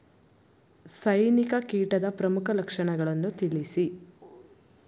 ಸೈನಿಕ ಕೀಟದ ಪ್ರಮುಖ ಲಕ್ಷಣಗಳನ್ನು ತಿಳಿಸಿ?